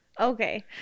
Okay